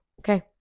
okay